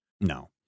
No